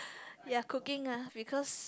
ya cooking ah because